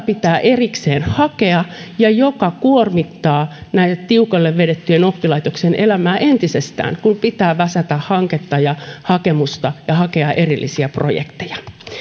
pitää erikseen hakea mikä kuormittaa näiden tiukalle vedettyjen oppilaitoksien elämää entisestään kun pitää väsätä hanketta ja hakemusta ja hakea erillisiä projekteja